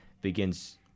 begins